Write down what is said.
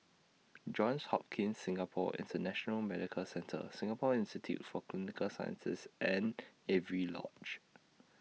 Johns Hopkins Singapore International Medical Centre Singapore Institute For Clinical Sciences and Avery Lodge